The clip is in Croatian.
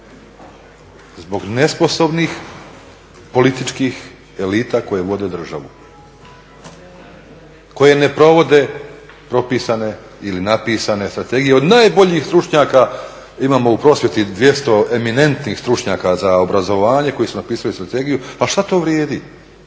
Zbog nesposobnih političkih elita koje vode državu, koje ne provode propisane ili napisane strategije od najboljih stručnjaka. Imamo u prosvjeti 200 eminentnih stručnjaka za obrazovanje koji su napisali strategiju, ali šta to vrijedi.